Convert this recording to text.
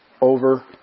over